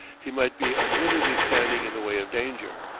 he might be unwittingly standing in the way of danger.